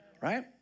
Right